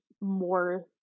more